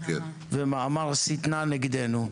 ומאמר שטנה נגדנו.